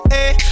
Hey